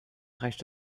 reicht